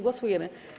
Głosujemy.